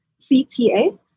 CTA